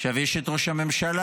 יש את ראש הממשלה,